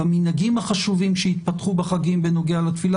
במנהגים החשובים שהתפתחו בחגים בנוגע לתפילה